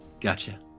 Gotcha